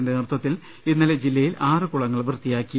ത്തിന്റെ നേതൃത്വത്തിൽ ഇന്നലെ ജില്ലയിൽ ആറ് കുളങ്ങൾ വൃത്തിയാക്കി